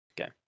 Okay